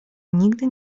nigdy